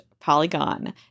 Polygon